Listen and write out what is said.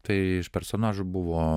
tai iš personažų buvo